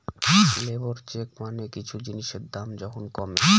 labour চেক মানে কিছু জিনিসের দাম যখন কমে